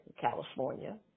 California